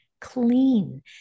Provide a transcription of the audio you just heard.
clean